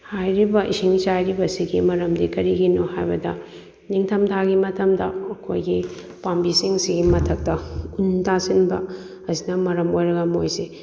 ꯍꯥꯏꯔꯤꯕ ꯏꯁꯤꯡ ꯆꯥꯏꯔꯤꯕꯁꯤꯒꯤ ꯃꯔꯝꯗꯤ ꯀꯔꯤꯒꯤꯅꯣ ꯍꯥꯏꯕꯗ ꯅꯤꯡꯊꯝꯊꯥꯒꯤ ꯃꯇꯝꯗ ꯃꯈꯣꯏꯒꯤ ꯄꯥꯝꯕꯤꯁꯤꯡꯁꯤꯒꯤ ꯃꯊꯛꯇ ꯎꯟ ꯇꯥꯁꯤꯟꯕ ꯑꯁꯤꯅ ꯃꯔꯝ ꯑꯣꯏꯔꯒ ꯃꯣꯏꯁꯦ